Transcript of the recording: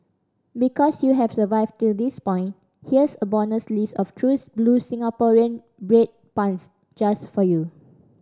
because you have survived till this point here's a bonus list of true blue Singaporean bread puns just for you